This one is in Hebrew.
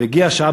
והגיעה השעה,